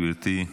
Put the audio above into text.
גברתי,